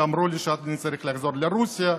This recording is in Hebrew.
אמרו לי שאני צריך לחזור לרוסיה,